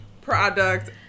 product